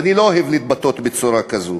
ואני לא אוהב להתבטא בצורה כזאת.